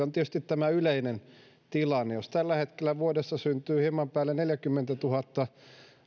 on tietysti tämä yleinen tilanne jos tällä hetkellä vuodessa syntyy hieman päälle neljäkymmentätuhatta